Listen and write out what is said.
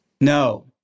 No